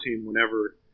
whenever